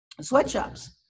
sweatshops